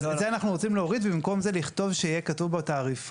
אז את זה אנחנו רוצים להוריד ובמקום זה לכתוב שיהיה כתוב בתעריפון